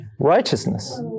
righteousness